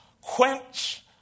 quench